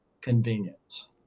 convenience